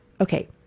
okay